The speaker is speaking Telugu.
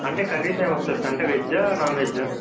అంటే కర్రీస్ ఏమొస్తాయి స అంటే వెజా నాన్వెజా